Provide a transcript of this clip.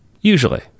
Usually